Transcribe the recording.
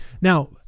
Now